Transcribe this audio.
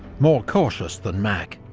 more cautious than mack.